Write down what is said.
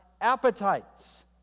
appetites